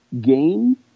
game